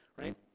right